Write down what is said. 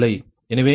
எனவே இது 1